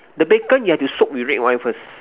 the bacon you have to soak with red wine first